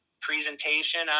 presentation